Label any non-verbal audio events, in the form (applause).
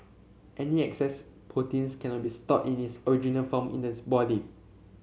any excess protein (unintelligible) cannot be stored in its original form in this body